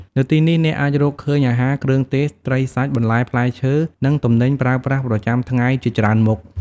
នៅទីនេះអ្នកអាចរកឃើញអាហារ គ្រឿងទេស ត្រីសាច់ បន្លែផ្លែឈើ និងទំនិញប្រើប្រាស់ប្រចាំថ្ងៃជាច្រើនមុខ។